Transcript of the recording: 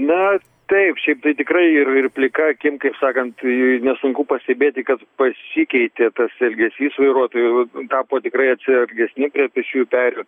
na taip šiaip tai tikrai ir ir plika akim kaip sakant nesunku pastebėti kad pasikeitė tas elgesys vairuotojų tapo tikrai atsargesni prie pėsčiųjų perėjų